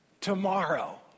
tomorrow